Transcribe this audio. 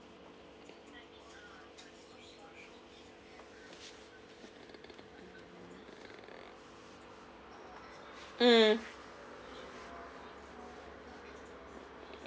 mm